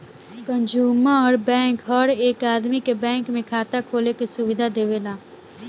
consumer bank हर एक आदमी के बैंक में खाता खोले के सुविधा देवेला